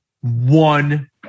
one